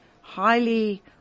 highly